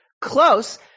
Close